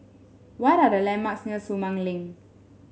what are the landmarks near Sumang Link